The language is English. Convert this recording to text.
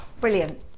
brilliant